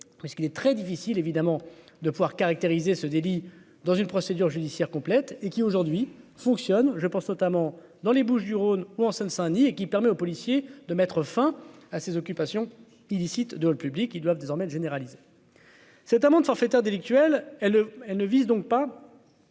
qu'il est très difficile évidemment de pouvoir caractériser ce délit dans une procédure judiciaire complète et qui aujourd'hui fonctionne, je pense notamment dans les Bouches-du-Rhône ou en Seine-Saint-Denis et qui permet aux policiers de mettre fin à ses occupations illicites dans le public, ils doivent désormais être généralisé. Cette amende forfaitaire délictuelle, elle, elle ne vise donc pas